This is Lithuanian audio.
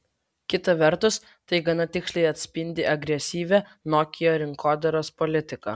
kita vertus tai gana tiksliai atspindi agresyvią nokia rinkodaros politiką